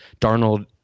Darnold